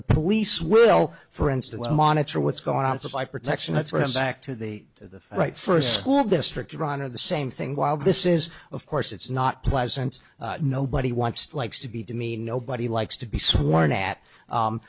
the police will for instance monitor what's going on supply protection that's what exact to the to the right for school district ron of the same thing while this is of course it's not pleasant nobody wants likes to be demeaned nobody likes to be sworn at